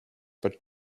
but